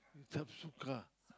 Sabsuka